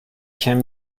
can